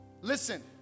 Listen